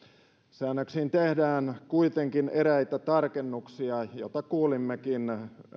säännöksiin tehdään kuitenkin eräitä tarkennuksia joita kuulimmekin